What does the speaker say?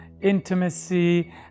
intimacy